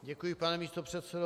Děkuji, pane místopředsedo.